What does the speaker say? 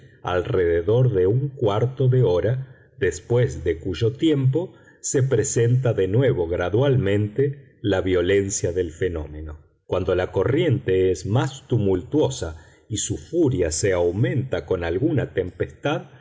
alrededor de un cuarto de hora después de cuyo tiempo se presenta de nuevo gradualmente la violencia del fenómeno cuando la corriente es más tumultuosa y su furia se aumenta con alguna tempestad